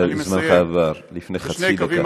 זמנך עבר לפני חצי דקה.